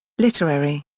literary